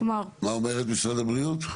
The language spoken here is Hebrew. מה אומרת משרד הבריאות?